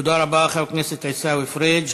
תודה רבה, חבר הכנסת עיסאווי פריג'.